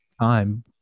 time